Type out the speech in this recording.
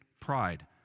Pride